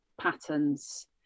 patterns